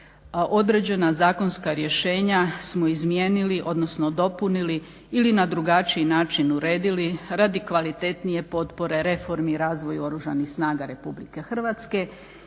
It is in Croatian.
određena zakonska rješenja smo izmijenili, odnosno dopunili ili na drugačiji način uredili radi kvalitetnije potpore reformi razvoju Oružanih snaga Republike Hrvatske